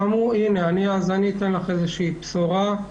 אתן לך איזו בשורה.